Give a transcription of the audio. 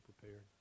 prepared